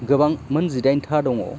गोबां मोन जिदाइन था दङ